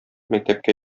мәктәпкә